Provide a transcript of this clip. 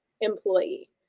employee